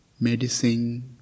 medicine